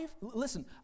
listen